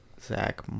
Zach